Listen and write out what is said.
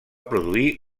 produir